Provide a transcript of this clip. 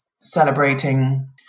celebrating